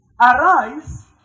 Arise